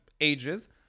ages